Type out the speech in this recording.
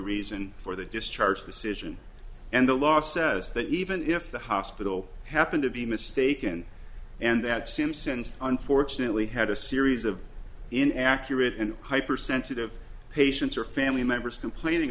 reason for the discharge decision and the law says that even if the hospital happened to be mistaken and that simpsons unfortunately had a series of in accurate and hypersensitive patients or family members complaining